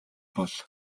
бол